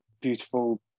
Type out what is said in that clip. beautiful